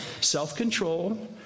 self-control